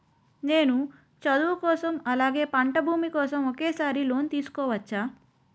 నేను చదువు కోసం అలాగే పంట భూమి కోసం ఒకేసారి లోన్ తీసుకోవచ్చా?